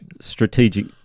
Strategic